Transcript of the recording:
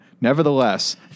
Nevertheless